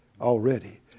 already